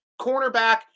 cornerback